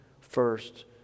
first